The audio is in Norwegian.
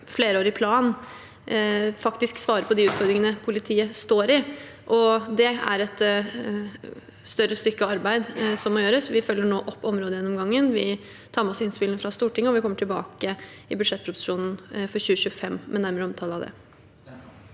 flerårig plan faktisk svarer på de utfordringene politiet står i, og det er et større stykke arbeid som må gjøres. Vi følger nå opp områdegjennomgangen. Vi tar med oss innspillene fra Stortinget, og vi kommer tilbake i budsjettproposisjonen for 2025 med nærmere omtale av det.